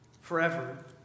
forever